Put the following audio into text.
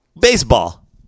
Baseball